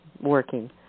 working